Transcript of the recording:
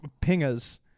Pingas